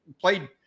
played